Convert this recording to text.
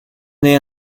naît